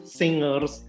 singers